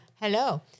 Hello